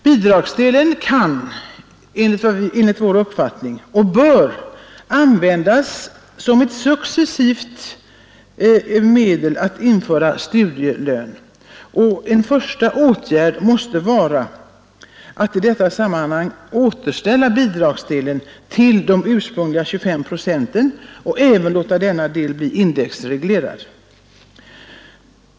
Bidragsdelen kan och bör enligt vår uppfattning användas som ett medel att successivt införa studielön, och en första åtgärd måste i detta sammanhang vara att återställa bidragen till de ursprungliga 25 procenten och även låta denna del bli indexreglerad.